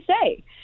say